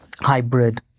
hybrid